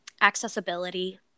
accessibility